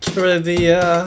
Trivia